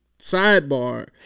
sidebar